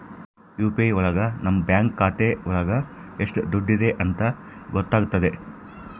UPI ಒಳಗ ನಮ್ bank ಖಾತೆ ಒಳಗ ಎಷ್ಟ್ ದುಡ್ಡಿದೆ ಅಂತ ಗೊತ್ತಾಗ್ತದೆ